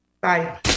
Bye